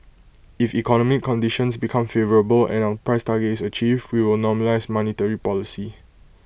if economic conditions become favourable and our price target is achieved we will normalise monetary policy